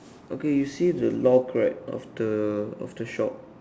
okay you see the lock right of the of the shop